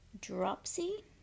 Dropsy